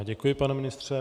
Děkuji, pane ministře.